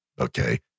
Okay